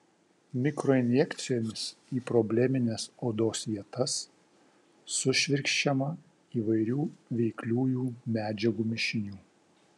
mikroinjekcijomis į problemines odos vietas sušvirkščiama įvairių veikliųjų medžiagų mišinių